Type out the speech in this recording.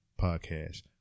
podcast